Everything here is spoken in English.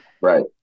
Right